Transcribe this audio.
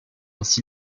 ainsi